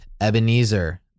Ebenezer